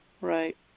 Right